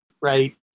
right